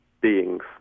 beings